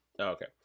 Okay